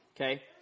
Okay